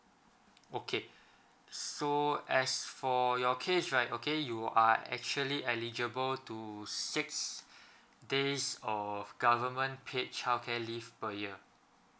okay so as for your case right okay you are actually eligible to six days of government paid childcare leave per year